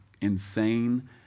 insane